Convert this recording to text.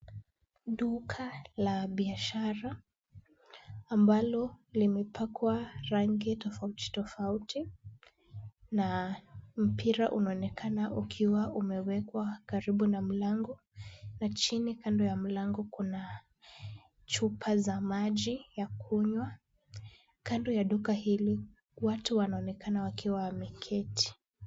Duka la biashara ambalo limepakwa rangi tofauti tofauti na mpira unaonekana ukiwa umewekwa karibu na mlango, na chini kando ya mlango kuna chupa za maji ya kunywa. Kando ya duka hili, watu wanaonekana wakiwa wameketi.